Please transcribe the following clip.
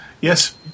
Yes